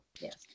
Yes